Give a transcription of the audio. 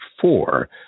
four